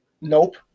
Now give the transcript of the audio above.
nope